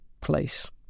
place